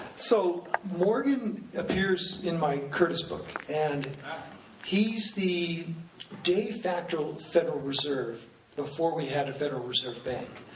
so morgan appears in my curtis book, and he's the de factoral federal reserve before we had a federal reserve bank.